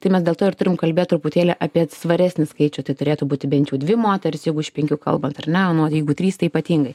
tai mes dėl to ir turim kalbėt truputėlį apie svaresnį skaičių tai turėtų būti bent jau dvi moterys jeigu iš penkių kalbant ar ne nu jeigu trys tai ypatingai